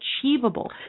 achievable